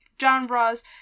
genres